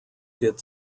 did